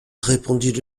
répondit